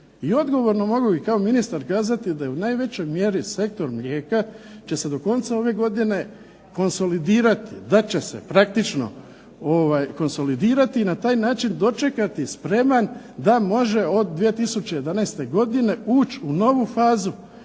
I odgovorno mogu i kao ministar kazati da u najvećoj mjeri sektor mlijeka će se do konca ove godine konsolidirati, da će se praktično konsolidirati i na taj način dočekati spreman da može od 2011. godine ući u novu fazu